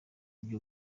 ibyo